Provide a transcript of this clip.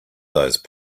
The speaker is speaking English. those